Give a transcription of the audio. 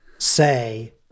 say